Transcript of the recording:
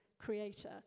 creator